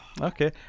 okay